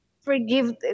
forgive